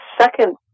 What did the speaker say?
second